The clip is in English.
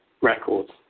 records